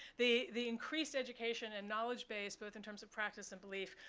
the the increased education and knowledge base, both in terms of practice and belief,